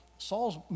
Saul's